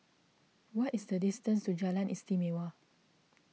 what is the distance to Jalan Istimewa